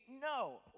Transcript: no